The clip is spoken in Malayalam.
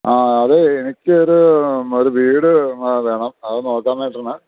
ആ അതേ എനിക്കൊരു ഒരു വീട് വേണം അത് നോക്കാനായിട്ടാണ്